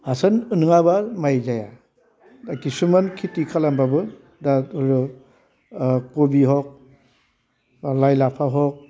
हासार नङाबा माइ जाया खिसुमान खेथि खालामबाबो दा धरिलग कबि हग बा लाइ लाफा हक